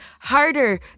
harder